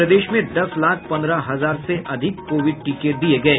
प्रदेश में दस लाख पन्द्रह हजार से अधिक कोविड टीके दिये गये